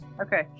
Okay